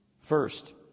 First